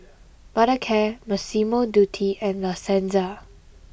Mothercare Massimo Dutti and La Senza